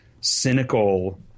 cynical